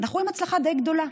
אנחנו רואים הצלחה די גדולה,